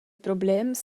problems